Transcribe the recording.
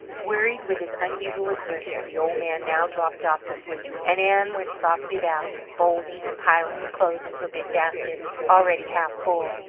wearied with his unusual exertion, the old man now dropped off to sleep, and ann went softly about, folding and piling the clothes into a big basket already half full.